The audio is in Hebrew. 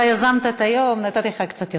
נתתי לך, אתה יזמת את היום, נתתי לך קצת יותר.